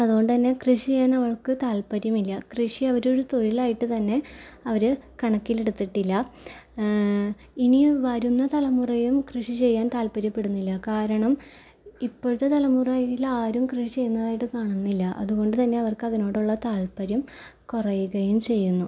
അതുകൊണ്ട് തന്നെ കൃഷി ചെയ്യാൻ അവർക്ക് താൽപ്പര്യമില്ല കൃഷി അവർ ഒരു തൊഴിലായിട്ട് തന്നെ അവർ കണക്കിലെടുത്തിട്ടില്ല ഇനിയും വരുന്ന തലമുറയും കൃഷി ചെയ്യാൻ താല്പര്യപ്പെടുന്നില്ല കാരണം ഇപ്പോഴത്തെ തലമുറയിലാരും കൃഷി ചെയ്യുന്നതായിട്ട് കാണുന്നില്ല അതുകൊണ്ട് തന്നെ അവർക്ക് അതിനോടുള്ള താൽപ്പര്യം കുറയുകയും ചെയ്യുന്നു